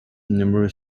numerous